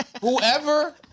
Whoever